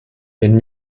wenn